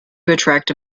attract